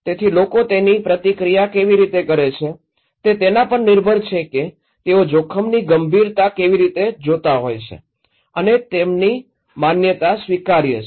તેથી લોકો તેની પ્રતિક્રિયા કેવી રીતે કરે છે તે તેના પર નિર્ભર છે કે તેઓ જોખમની ગંભીરતા કેવી રીતે જોતા હોય છે અને તેમની માન્યતા સ્વીકાર્ય છે